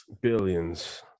Billions